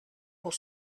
pour